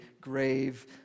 grave